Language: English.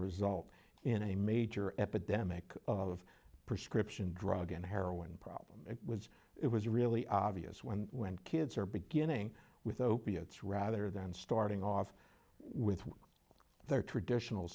result in a major epidemic of prescription drug and heroin problem was it was really obvious when when kids are beginning with opiates rather than starting off with their traditional